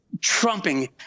trumping